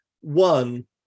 one